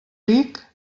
ric